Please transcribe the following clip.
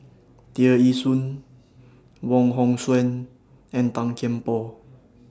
Tear Ee Soon Wong Hong Suen and Tan Kian Por